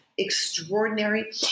Extraordinary